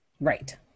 Right